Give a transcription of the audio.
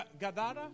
Gadara